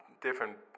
different